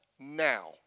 Now